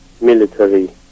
military